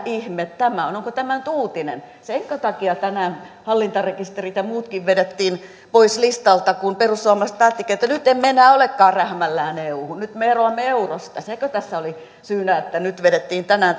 ihme tämä on onko tämä nyt uutinen senkö takia tänään hallintarekisterit ja ja muutkin vedettiin pois listalta kun perussuomalaiset päättivätkin että nyt emme enää olekaan rähmällään euhun nyt me eroamme eurosta sekö tässä oli syynä että nyt vedettiin tänään